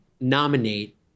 nominate